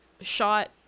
shot